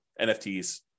NFTs